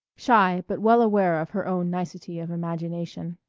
shy but well aware of her own nicety of imagination.